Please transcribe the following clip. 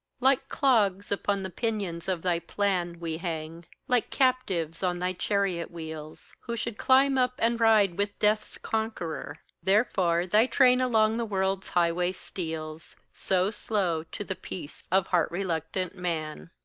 like clogs upon the pinions of thy plan we hang like captives on thy chariot-wheels, who should climb up and ride with death's conqueror therefore thy train along the world's highway steals so slow to the peace of heart-reluctant man.